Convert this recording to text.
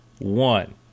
one